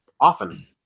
often